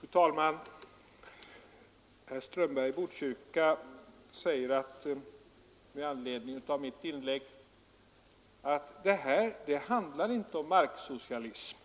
Fru talman! Herr Strömberg i Botkyrka säger med anledning av mitt inlägg att det här inte handlar om marksocialism.